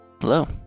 Hello